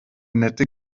nette